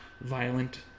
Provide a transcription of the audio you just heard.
violent